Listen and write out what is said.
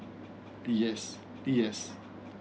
yes yes